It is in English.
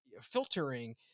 filtering